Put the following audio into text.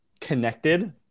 connected